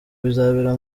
bizabera